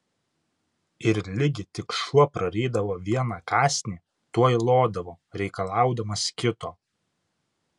ir ligi tik šuo prarydavo vieną kąsnį tuoj lodavo reikalaudamas kito